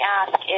ask